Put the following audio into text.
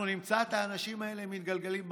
אנחנו נמצא את האנשים האלה מתגלגלים ברחובות,